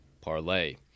Parlay